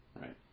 Right